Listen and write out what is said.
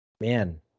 man